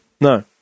No